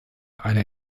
eine